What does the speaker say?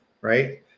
right